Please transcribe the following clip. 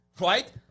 Right